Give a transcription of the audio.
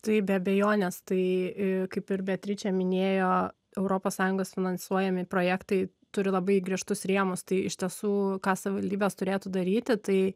tai be abejonės tai kaip ir beatričė minėjo europos sąjungos finansuojami projektai turi labai griežtus rėmus tai iš tiesų ką savivaldybės turėtų daryti tai